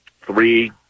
three